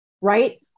right